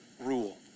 rule